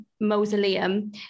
mausoleum